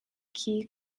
khi